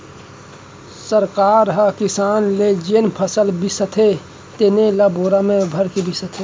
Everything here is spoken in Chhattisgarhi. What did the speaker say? सरकार ह किसान ले जेन फसल बिसाथे तेनो ल बोरा म भरके बिसाथे